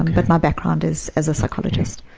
but my background is as a psychologist.